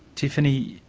tiffany,